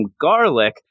garlic